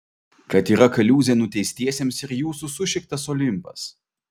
kad yra kaliūzė nuteistiesiems ir jūsų sušiktas olimpas